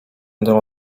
będę